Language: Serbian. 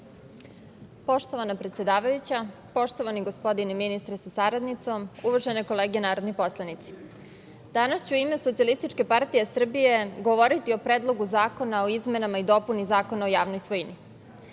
Poštovana predsedavajuća, poštovani gospodine ministre sa saradnicom, uvažene kolege narodni poslanici, danas ću u ime SPS govoriti o Predlogu zakona o izmenama i dopuni Zakona o javnoj svojini. Da